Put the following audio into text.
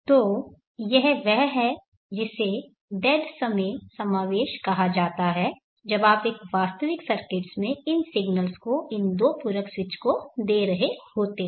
तो यह वह है जिसे डेड समय समावेश कहा जाता है जब आप एक वास्तविक सर्किट में इन सिग्नल्स को इन दो पूरक स्विच को दे रहे होते हैं